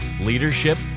leadership